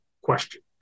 question